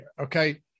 okay